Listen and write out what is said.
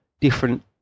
different